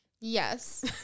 yes